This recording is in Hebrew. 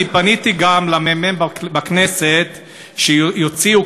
אני פניתי גם לממ"מ בכנסת שיוציאו,